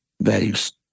Values